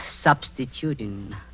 substituting